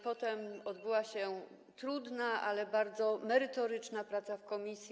Potem odbyła się trudna, ale bardzo merytoryczna praca w komisji.